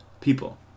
people